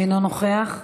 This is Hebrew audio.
אינו נוכח.